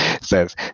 says